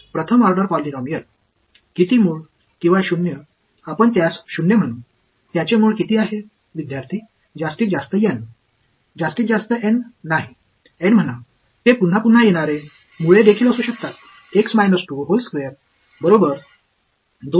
முதல் வரிசை பாலினாமியலில் எத்தனை வேர்கள் அல்லது பூஜ்ஜியங்களை நீங்கள் பூஜ்ஜியங்கள் என்று அழைக்கிறீர்கள் அதற்கு எத்தனை வேர்கள் உள்ளன